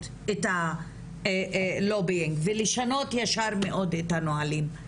את הלובינג ולשנות ישר מאוד את הנהלים.